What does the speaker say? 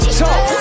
top